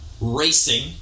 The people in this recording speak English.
racing